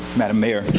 madam mayor,